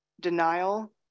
Denial